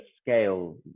scale